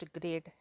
grade